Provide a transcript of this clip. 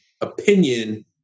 opinion